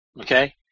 Okay